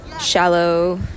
shallow